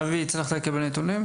אבי, הצלחת לקבל נתונים?